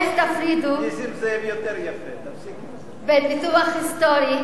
איך תפרידו בין ניתוח היסטורי